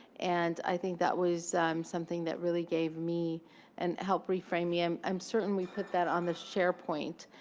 and i think that was something that really gave me and helped reframe me. i'm i'm certain we put that on the sharepoint.